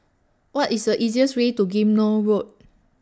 What IS The easiest Way to Ghim Moh Road